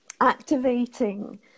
activating